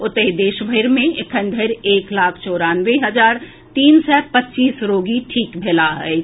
ओतहि देश भरि मे एखन धरि एक लाख चौरानवे हजार तीन सय पच्चीस रोगी ठीक भेलाह अछि